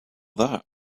that